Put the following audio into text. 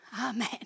Amen